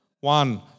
One